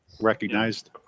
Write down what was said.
recognized